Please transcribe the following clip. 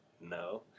No